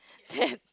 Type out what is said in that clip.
then